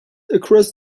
across